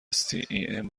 stem